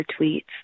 tweets